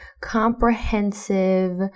comprehensive